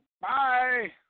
Bye